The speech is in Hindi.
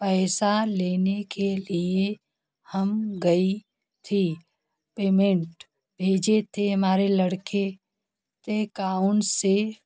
पैसा लेने के लिए हम गई थी पेमेंट भेजे थे हमारे लड़के ते काउन से